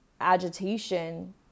agitation